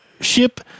ship